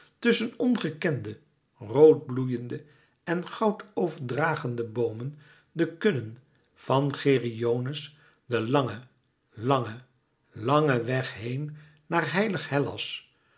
tusschen ongekende rood bloeiende en goud ooft dragende boomen de kudden van geryones den langen langen langen weg heen naar heilig hellas